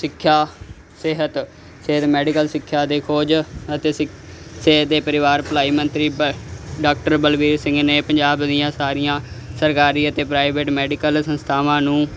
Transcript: ਸਿੱਖਿਆ ਸਿਹਤ ਸਿਹਤ ਮੈਡੀਕਲ ਸਿੱਖਿਆ ਦੇ ਖੋਜ ਅਤੇ ਸਿਖ ਸਿਹਤ ਦੇ ਪਰਿਵਾਰ ਭਲਾਈ ਮੰਤਰੀ ਪ ਡਾਕਟਰ ਬਲਵੀਰ ਸਿੰਘ ਨੇ ਪੰਜਾਬ ਦੀਆਂ ਸਾਰੀਆਂ ਸਰਕਾਰੀ ਅਤੇ ਪ੍ਰਾਈਵੇਟ ਮੈਡੀਕਲ ਸੰਸਥਾਵਾਂ ਨੂੰ